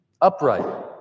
upright